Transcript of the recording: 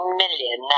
million